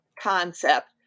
concept